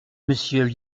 monsieur